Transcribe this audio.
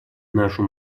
нашу